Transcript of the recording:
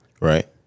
right